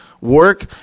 work